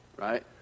Right